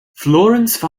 florence